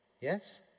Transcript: Yes